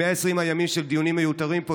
120 הימים של דיונים מיותרים פה.